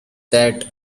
that